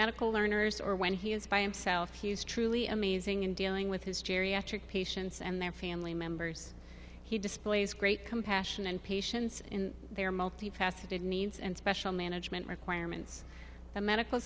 medical learners or when he is by himself he is truly amazing in dealing with his geriatric patients and their family members he displays great compassion and patience in their multifaceted needs and special management requirements the medical